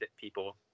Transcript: people